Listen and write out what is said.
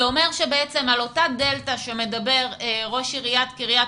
זה אומר שבעצם על אותה דלתא שמדבר ראש עיריית קריית